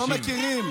הם לא מכירים.